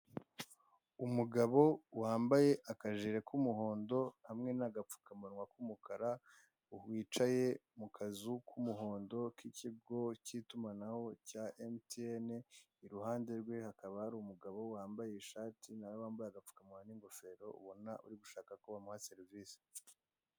Umugabo wambaye akajire k'umuhondo hamwe n'agapfukamunwa k'umukara, wicaye mu kazu k'umuhondo, k'ikigo cy'itumanaho cya emutiyene, iruhande rwe hakaba hari umugabo wambaye ishati, na we wambaye agapfukamunwa n'ingofero, ubona uri gushaka ko bamuha serivise.